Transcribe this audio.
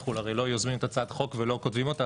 אנחנו הרי לא יוזמים את הצעת החוק ולא כותבים אותה,